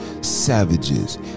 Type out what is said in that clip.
Savages